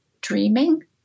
dreaming